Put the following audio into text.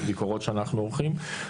בביקורות שאנחנו עורכים.